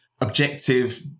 objective